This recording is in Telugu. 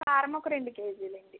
కారము ఒక రెండు కేజీలు అండి